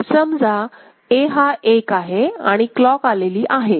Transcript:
समजा A हा एक आहे आणि क्लॉक आलेली आहे